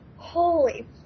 Holy